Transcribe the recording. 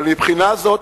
אבל מבחינה זו,